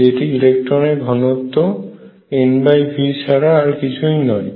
যেটি ইলেকট্রনের ঘনত্ব NV ছাড়া আর কিছুই নয়